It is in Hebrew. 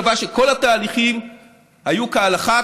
בג"ץ קבע שכל התהליכים היו כהלכה,